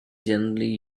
generally